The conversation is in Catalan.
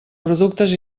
productes